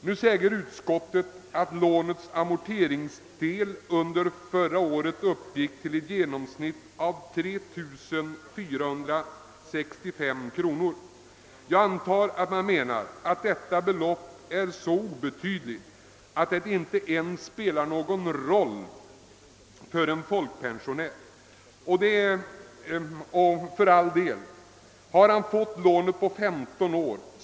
Nu säger utskottet att lånens räntebärande avskrivningsdel under förra året uppgick till i genomsnitt 3 465 kronor.